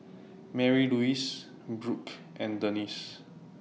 Marylouise Brooke and Denise